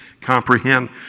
comprehend